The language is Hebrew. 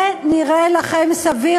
זה נראה לכם סביר?